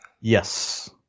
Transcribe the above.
Yes